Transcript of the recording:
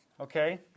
Okay